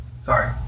Sorry